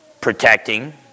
protecting